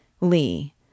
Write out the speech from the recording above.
Lee